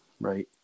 right